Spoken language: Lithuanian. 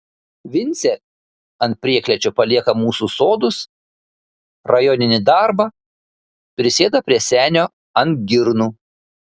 vincė ant prieklėčio palieka mūsų sodus rajoninį darbą prisėda prie senio ant girnų